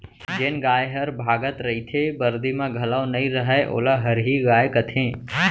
जेन गाय हर भागत रइथे, बरदी म घलौ नइ रहय वोला हरही गाय कथें